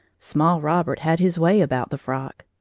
small robert had his way about the frock.